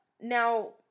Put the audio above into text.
Now